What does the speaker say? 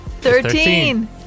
Thirteen